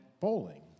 bowling